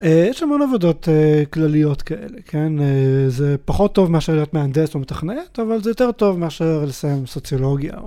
יש המון עבודות כלליות כאלה, כן, זה פחות טוב מאשר להיות מהנדס או מתכנת אבל זה יותר טוב מאשר לסיים סוציולוגיה.